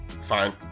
Fine